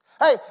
Hey